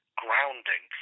grounding